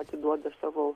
atiduoda savo